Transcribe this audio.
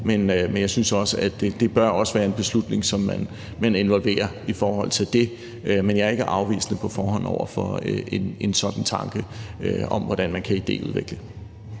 men jeg synes også, at det bør være en beslutning, som man involveres i i forhold til det, men jeg er ikke på forhånd afvisende over for en sådan tanke om at idéudvikle.